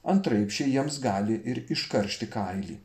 antraip ši jiems gali ir iškaršti kailį